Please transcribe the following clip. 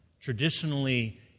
Traditionally